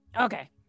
okay